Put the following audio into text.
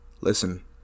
listen